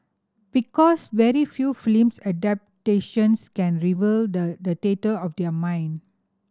because very few film adaptations can rival the the theatre of their mind